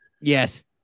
Yes